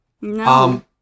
No